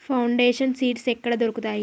Foundation seeds ఎక్కడ దొరుకుతాయి?